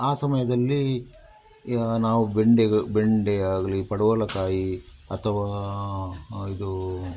ಆ ಸಮಯದಲ್ಲಿ ನಾವು ಬೆಂಡೆಗೆ ಬೆಂಡೆಯಾಗಲಿ ಪಡವಲಕಾಯಿ ಅಥವಾ ಇದು